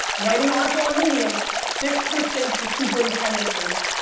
write an article on medium six mistakes a superintendent makes.